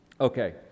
Okay